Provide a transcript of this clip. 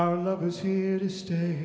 my love is here to stay